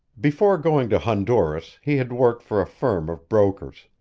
before going to honduras he had worked for a firm of brokers.